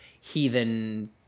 heathen